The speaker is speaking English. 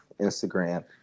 Instagram